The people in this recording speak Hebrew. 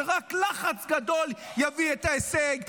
שרק לחץ גדול יביא את ההישג.